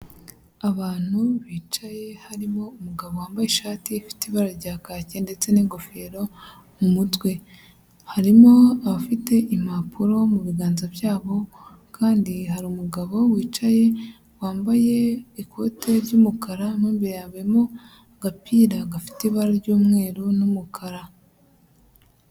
Abantu bicaye harimo umugabo wambaye ishati ifite ibara rya kaki ndetse n'ingofero mu mutwe. Harimo abafite impapuro mu biganza byabo, kandi hari umugabo wicaye wambaye ikote ry'umukara mo imbere yambayemo agapira gafite ibara ry'umweru n'umukara.